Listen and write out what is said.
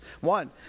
One